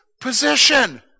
Position